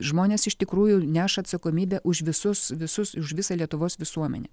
žmonės iš tikrųjų neša atsakomybę už visus visus už visą lietuvos visuomenę